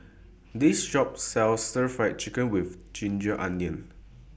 This Shop sells Stir Fry Chicken with Ginger Onions